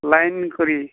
line खरि